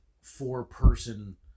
four-person